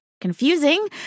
confusing